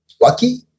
lucky